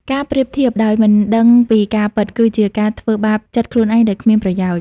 ការប្រៀបធៀបដោយមិនដឹងពីការពិត គឺជាការធ្វើបាបចិត្តខ្លួនឯងដោយគ្មានប្រយោជន៍។